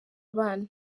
abana